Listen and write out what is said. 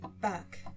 back